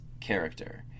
character